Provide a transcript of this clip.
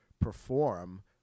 perform